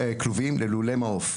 ללולי מעוף.